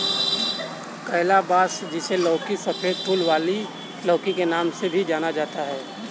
calabash, जिसे लौकी, सफेद फूल वाली लौकी के नाम से भी जाना जाता है